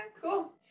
cool